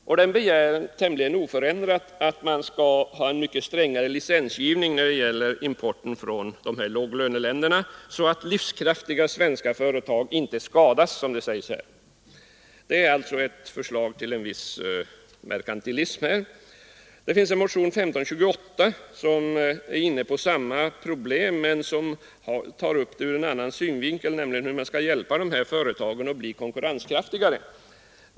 I motionen begärs tämligen oförändrat att man skall ha mycket strängare regler för licensgivning när det gäller importen från låglöneländer, så att livskraftiga svenska företag inte skadas. Det är alltså ett förslag till viss merkantilism. Motionen 1528 behandlar samma problem, men den tar upp det ur en annan synvinkel, nämligen hur man skall hjälpa dessa företag att bli konkurrenskraftiga.